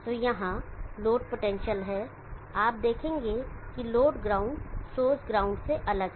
तो यहां load potential है आप देखेंगे कि लोड ग्राउंड सोर्स ग्राउंड से अलग है